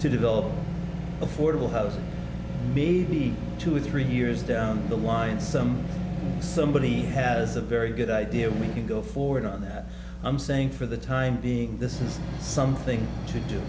to develop affordable housing be two or three years down the line some somebody has a very good idea we can go forward on that i'm saying for the time being this is something to do